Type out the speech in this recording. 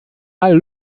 mal